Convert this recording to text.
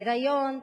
היריון,